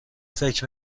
فکر